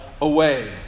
away